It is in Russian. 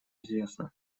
известна